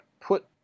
put